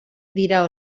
dira